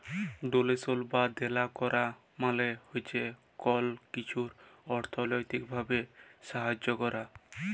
ডোলেশল বা দেলা ক্যরা মালে হছে কল কিছুর অথ্থলৈতিক ভাবে সাহায্য ক্যরা